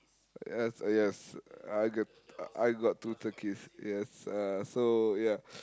yes yes I got I got two tickets yes uh so ya